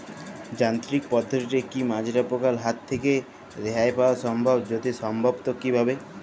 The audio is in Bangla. যান্ত্রিক পদ্ধতিতে কী মাজরা পোকার হাত থেকে রেহাই পাওয়া সম্ভব যদি সম্ভব তো কী ভাবে?